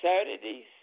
Saturdays